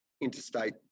interstate